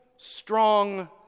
strong